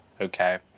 okay